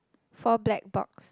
four black box